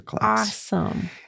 awesome